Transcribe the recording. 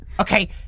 Okay